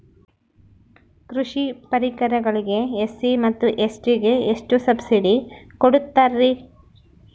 ಕೃಷಿ ಪರಿಕರಗಳಿಗೆ ಎಸ್.ಸಿ ಮತ್ತು ಎಸ್.ಟಿ ಗೆ ಎಷ್ಟು ಸಬ್ಸಿಡಿ ಕೊಡುತ್ತಾರ್ರಿ?